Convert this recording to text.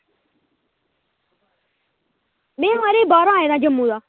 में म्हाराज बाहरा आये दा जम्मू दा